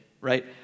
right